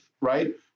right